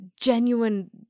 genuine